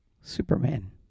Superman